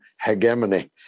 hegemony